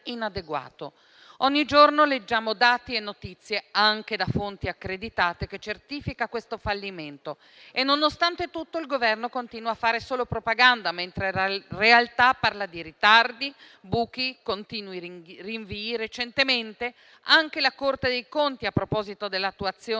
Ogni giorno leggiamo dati e notizie, anche da fonti accreditate, che certificano questo fallimento e, nonostante tutto, il Governo continua a fare solo propaganda, mentre la realtà parla di ritardi, buchi e continui rinvii. Recentemente anche la Corte dei conti, a proposito dell'attuazione